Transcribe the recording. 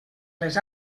les